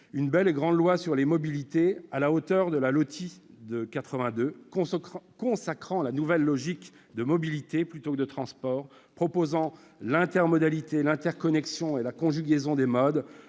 une belle et grande loi sur les mobilités, à la hauteur de la LOTI de 1982, consacrant la nouvelle logique de mobilités, plutôt que de transports, et proposant l'intermodalité, l'interconnexion et la conjugaison des modes